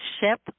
ship